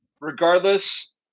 regardless